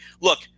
look